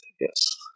yes